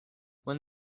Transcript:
when